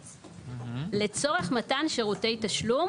לצורך מתן שירותי תשלום